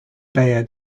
bayer